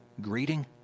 greeting